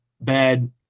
bad